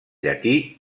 llatí